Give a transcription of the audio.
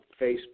Facebook